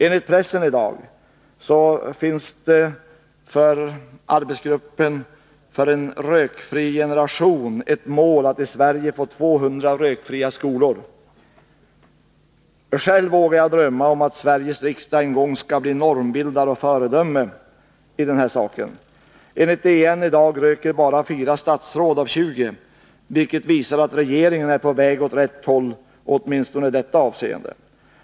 Enligt pressen i dag har arbetsgruppen för en rökfri generation såsom mål att i Sverige få 200 rökfria skolor. Själv vågar jag drömma om att Sveriges riksdag en gång skall bli normbildare och föredöme i detta sammanhang. Enligt DN i dag röker bara fyra statsråd av 20, vilket visar att regeringen är på väg åt rätt håll åtminstone i detta avseende.